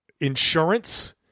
insurance